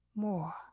more